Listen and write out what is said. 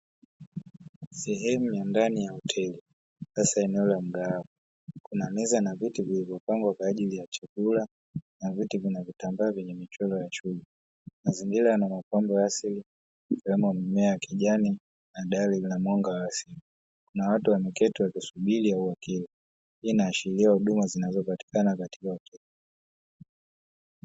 Sehemu ya ndani ya hoteli, sehemu ya mgahawa kuna meza na viti vilivyopangwa kwa ajili ya chakula, na vitu vinavyotambaa venye mikono ya chuma. Mazingira yana mapando ya asili yakiwemo mmea ya kijani, na dari yenye mwanga wa asili, na watu wameketi wakisubiri uwakiwe. Hii inaashiria huduma zinazopatikana katika hoteli hiyo.